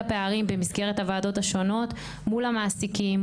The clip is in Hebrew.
הפערים במסגרת הוועדות השונות מול המעסיקים,